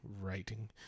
Writing